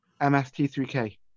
mst3k